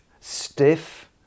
stiff